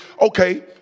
okay